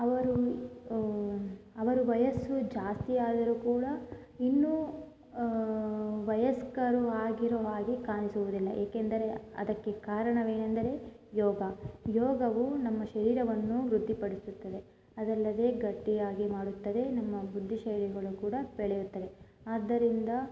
ಅವರು ಅವರ ವಯಸ್ಸು ಜಾಸ್ತಿ ಆದರೂ ಕೂಡ ಇನ್ನೂ ವಯಸ್ಕರು ಆಗಿರುವಾಗೆ ಕಾಣಿಸುವುದಿಲ್ಲ ಏಕೆಂದರೆ ಅದಕ್ಕೆ ಕಾರಣವೇನೆಂದರೆ ಯೋಗ ಯೋಗವು ನಮ್ಮ ಶರೀರವನ್ನು ವೃದ್ಧಿಪಡಿಸುತ್ತದೆ ಅದಲ್ಲದೇ ಗಟ್ಟಿಯಾಗಿ ಮಾಡುತ್ತದೆ ನಮ್ಮ ಬುದ್ಧಿ ಶೈಲಿಗಳು ಕೂಡ ಬೆಳೆಯುತ್ತದೆ ಆದ್ದರಿಂದ